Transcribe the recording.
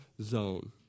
zone